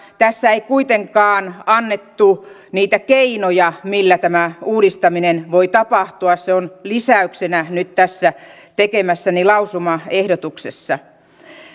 tässä ei kuitenkaan annettu niitä keinoja millä tämä uudistaminen voi tapahtua se on lisäyksenä nyt tässä tekemässäni lausumaehdotuksessa